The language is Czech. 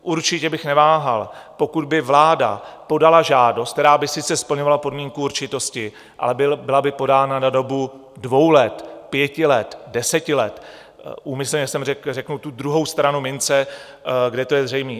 Určitě bych neváhal, pokud by vláda podala žádost, která by sice splňovala podmínku určitosti, ale byla by podána na dobu dvou let, pěti let, deseti let, úmyslně jsem řekl tu druhou stranu mince, kde to je zřejmé.